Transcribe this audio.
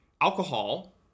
alcohol